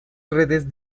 redes